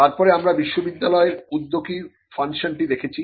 তারপরে আমরা বিশ্ববিদ্যালয়ের উদ্যোগী ফাংশনটি দেখেছি